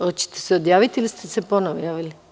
Hoćete se odjaviti ili ste se ponovo javili?